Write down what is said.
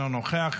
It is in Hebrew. אינו נוכח,